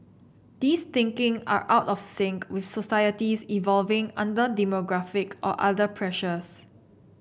these thinking are out of sync with societies evolving under demographic or other pressures